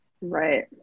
Right